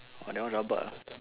!wah! that one rabak ah